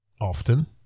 often